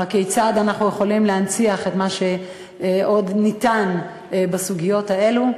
כיצד אנחנו יכולים להנציח את מה שעוד אפשר בסוגיות האלה.